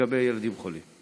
לגבי ילדים חולים?